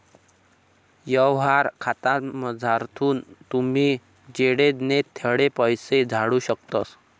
यवहार खातामझारथून तुमी जडे नै तठे पैसा धाडू शकतस